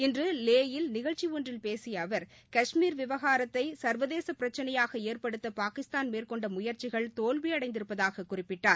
இன்று லே யில் நிகழ்ச்சி ஒன்றில் பேசிய அவர் கஷ்மீர் விவகாரத்தை சா்வதேச பிரச்சினையாக ஏற்படுத்த பாகிஸ்தான் மேற்கொண்ட முயற்சிகள் தோல்வியடைந்திருப்பதாகக் குறிப்பிட்டார்